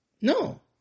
No